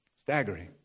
Staggering